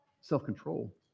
self-control